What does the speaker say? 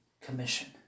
Commission